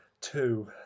Two